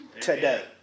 today